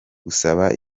gusaba